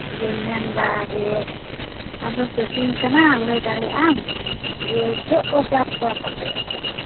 ᱡᱮᱧ ᱢᱮᱱᱫᱟ ᱡᱮ ᱟᱢᱫᱚᱢ ᱪᱟᱹᱥᱤ ᱠᱟᱱᱟᱢ ᱞᱟᱹᱭ ᱫᱟᱲᱮᱭᱟᱜᱼᱟᱢ ᱡᱮ ᱪᱮᱫ ᱠᱚ ᱪᱟᱥ ᱵᱟᱥᱟᱯᱮ ᱟᱯᱮ ᱫᱚ